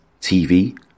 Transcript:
TV